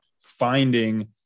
finding